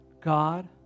God